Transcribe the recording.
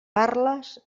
parles